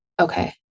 Okay